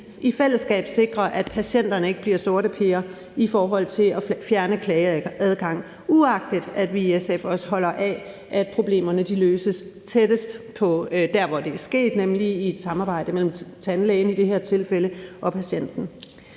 i fællesskab kan sikre, at patienterne ikke bliver sorteper i forhold til at fjerne klageadgang, uagtet at vi i SF også holder af, at problemerne løses tættest på der, hvor det er sket, nemlig i et samarbejde mellem i det her tilfælde tandlægen